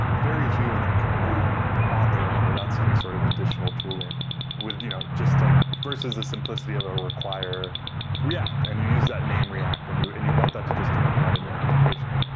very few of them can run on their own without sending sort of additional tooling with you know just like versus the simplicity of a require react, and use that name react and you and you want that to just kind of run in your application.